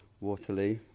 Waterloo